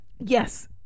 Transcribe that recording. yes